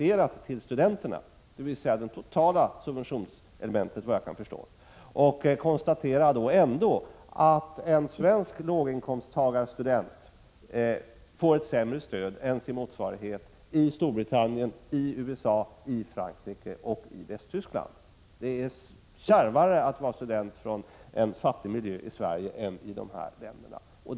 Man har efter vad jag kan förstå tagit hänsyn till det totala subventionselementet. Jag konstaterar att en svensk låginkomsttagarstudent får sämre stöd än sin motsvarighet i Storbritannien, USA, Frankrike och Västtyskland. Det är kärvare att vara student från en fattig miljö i Sverige än i dessa länder.